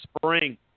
spring